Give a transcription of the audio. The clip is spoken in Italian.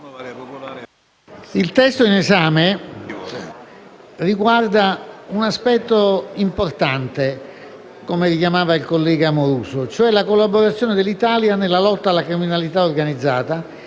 il testo in esame riguarda un aspetto importante, come richiamava il collega Amoruso, cioè la collaborazione dell'Italia nella lotta alla criminalità organizzata,